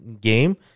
game